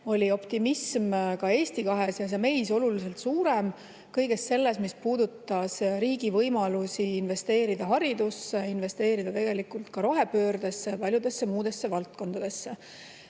oli optimism ka Eesti 200‑s ja meis oluliselt suurem kõige selle puhul, mis puudutas riigi võimalusi investeerida haridusse, investeerida ka rohepöördesse ja paljudesse muudesse valdkondadesse.